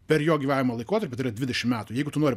per jo gyvenimo laikotarpį dvidešim metų jeigu tu nori